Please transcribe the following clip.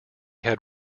had